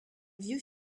vieux